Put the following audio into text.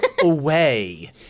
away